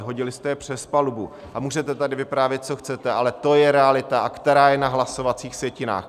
Hodili jste je přes palubu a můžete tady vyprávět, co chcete, ale to je realita, která je na hlasovacích sjetinách.